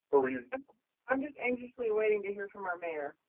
ah rhonda i'm just anxiously awaiting to hear from our mayor.